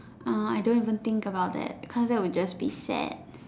uh I don't even think about that cause that will just be sad